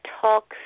talks